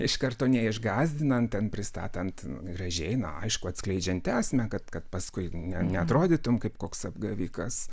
iš karto neišgąsdinant ten pristatant gražiai na aišku atskleidžiant esmę kad kad paskui ne neatrodytum kaip koks apgavikas